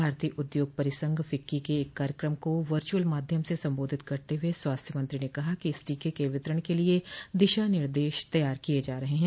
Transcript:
भारतीय उदयोग परिसंघ फिक्की के एक कार्यक्रम को वर्चुअल माध्यम से संबोधित करते हुए स्वास्थ्य मंत्री ने कहा कि इस टीके के वितरण के लिए दिशा निर्देश तैयार किए जा रहे हैं